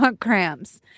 cramps